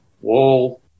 wall